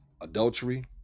adultery